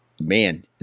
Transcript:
man